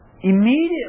immediately